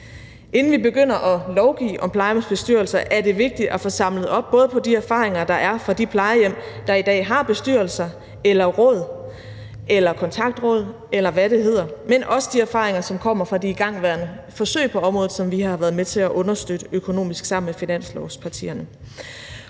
Inden vi begynder at lovgive om plejehjemsbestyrelser, er det vigtigt at få samlet op både på de erfaringer, der er fra de plejehjem, der i dag har bestyrelser, råd eller kontaktråd, eller hvad det hedder, men også på de erfaringer, som kommer fra de igangværende forsøg på området, som vi har været med til at understøtte økonomisk sammen med finanslovspartierne.